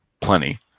plenty